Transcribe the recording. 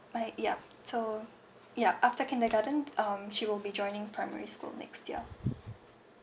like yup so yup after kindergarten um she will be joining primary school next year